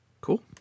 Cool